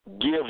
give